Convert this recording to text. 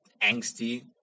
angsty